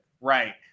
Right